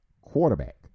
quarterback